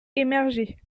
émergé